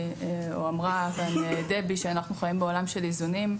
אמרה כאן דבי שאנחנו חיים בעולם של איזונים.